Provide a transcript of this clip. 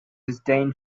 disdain